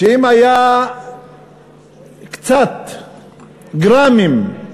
אם היו קצת גרמים,